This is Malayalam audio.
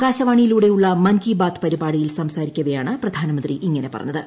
ആകാശവാണിയിലൂടെയുള്ള മൻ കി ബാത് പരിപാടിയിൽ സംസാരിക്കവെയാണ് പ്രധാനമന്ത്രി ഇങ്ങനെ പറഞ്ഞത്